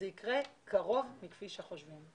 זה יקרה קרוב מכפי שחושבים.